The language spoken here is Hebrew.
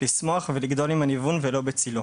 לשמוח ולגדול עם הניוון ולא בצילו.